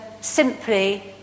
simply